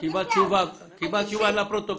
קבלת תשובה לפרוטוקול.